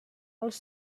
els